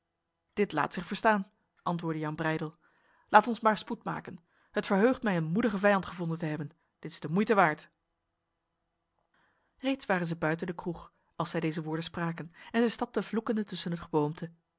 dit laat zich verstaan antwoordde jan breydel laat ons maar spoed maken het verheugt mij een moedige vijand gevonden te hebben dit is de moeite waard reeds waren zij buiten de kroeg als zij deze woorden spraken en zij stapten vloekende tussen het geboomte